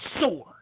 sword